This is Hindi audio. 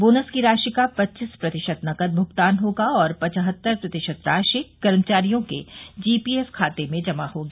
बोनस की राशि का पच्चीस प्रतिशत नगद भुगतान होगा और पचहत्तर प्रतिशत राशि कर्मचारियों के जीपीएफ खाते में जमा होगी